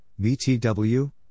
BTW